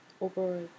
over